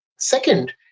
Second